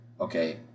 okay